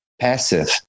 passive